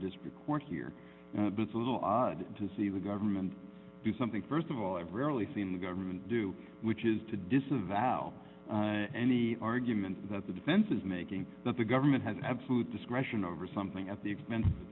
district court here but a little odd to see the government do something st of all i've rarely seen the government do which is to disavow any argument that the defense is making that the government has absolute discretion over something at the expense of th